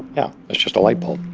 yeah. it's just a light bulb,